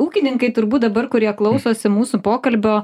ūkininkai turbūt dabar kurie klausosi mūsų pokalbio